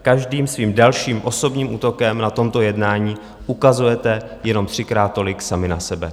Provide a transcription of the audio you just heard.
Každým svým dalším osobním útokem na tomto jednání ukazujete jenom třikrát tolik sami na sebe.